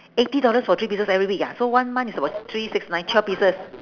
eighty dollars for three pieces every week ah so one month is about three six nine twelve pieces